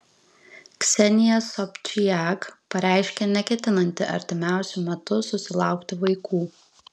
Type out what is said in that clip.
ksenija sobčiak pareiškė neketinanti artimiausiu metu susilaukti vaikų